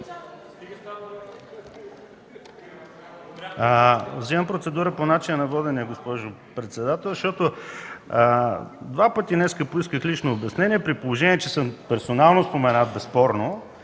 Взимам процедура по начина на водене, госпожо председател, защото два пъти днес поисках лично обяснение, при положение че съм персонално споменат безспорно.